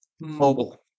mobile